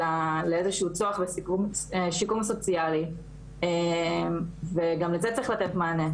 אלא לאיזשהו צורך לשיקום סוציאלי וגם לזה צריך לתת מענה,